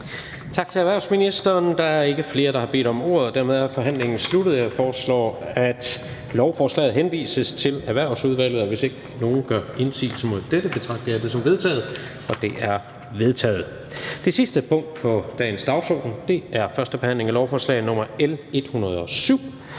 Tak til erhvervsministeren. Der er ikke flere, der har bedt om ordet, og dermed er forhandlingen sluttet. Jeg foreslår, at lovforslaget henvises til Erhvervsudvalget, og hvis ikke nogen gør indsigelse mod dette, betragter jeg det som vedtaget. Det er vedtaget. --- Det sidste punkt på dagsordenen er: 16) 1. behandling af lovforslag nr. L 107: